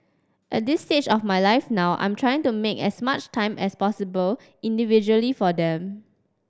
at this stage of my life now I'm trying to make as much time as possible individually for them